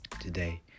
Today